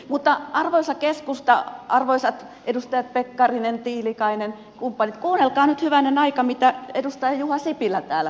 mutta arvoisa keskusta arvoisat edustajat pekkarinen tiilikainen ja kumppanit kuunnelkaa nyt hyvänen aika mitä edustaja juha sipilä täällä sanoi